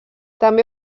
també